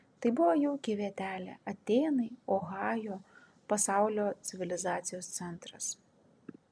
tai buvo jauki vietelė atėnai ohajo pasaulio civilizacijos centras